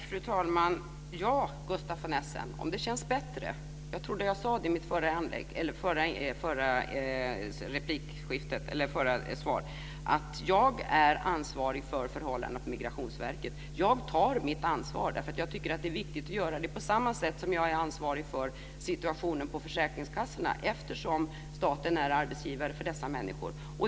Fru talman! Ja, Gustaf von Essen, om det känns bättre kan jag säga - jag tror att jag sade det i min förra replik - att jag är ansvarig för förhållandena på Migrationsverket. Jag tar mitt ansvar, och jag tycker att det är viktigt att göra det. På samma sätt är jag ansvarig för situationen på försäkringskassorna då ju staten är arbetsgivare för dessa människor.